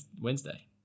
Wednesday